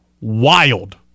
Wild